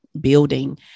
building